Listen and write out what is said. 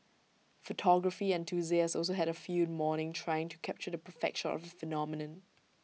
photography enthusiasts also had A field morning trying to capture the perfect shot of phenomenon